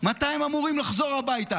מתי הם אמורים לחזור הביתה.